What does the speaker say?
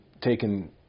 taken